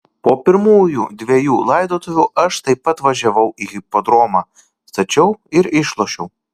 po pirmųjų dvejų laidotuvių aš taip pat važiavau į hipodromą stačiau ir išlošiau